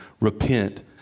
repent